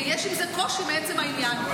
ויש עם קושי מעצם העניין.